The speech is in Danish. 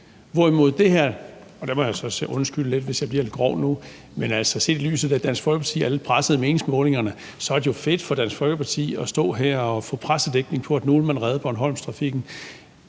til det her – og der må jeg altså undskylde lidt, hvis jeg nu bliver lidt grov – set i lyset af at Dansk Folkeparti er lidt presset i meningsmålingerne, jo så er fedt for Dansk Folkeparti at stå her og få pressedækning på, at man nu vil redde Bornholmstrafikken.